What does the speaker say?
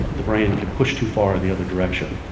the brain can push too far in the other direction.